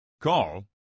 call